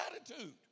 attitude